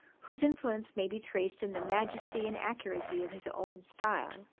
whose influence may be traced in the majesty and accuracy of his own style,